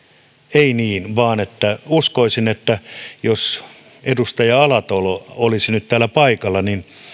ei niin vaan uskoisin että jos edustaja alatalo olisi nyt täällä paikalla niin